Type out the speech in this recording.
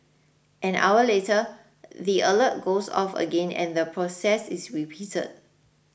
an hour later the alert goes off again and the process is repeated